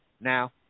now